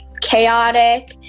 chaotic